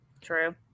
True